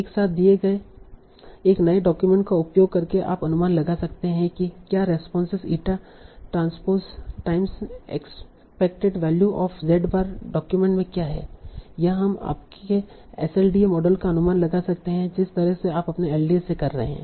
एक साथ दिए गए एक नए डॉक्यूमेंट का उपयोग करके आप अनुमान लगा सकते हैं कि क्या response eta transpose times expected value of z बार डॉक्यूमेंट में क्या है यहाँ हम आपके SLDA मॉडल का अनुमान लगा सकते हैं जिस तरह से आप अपने LDA से कर रहे हैं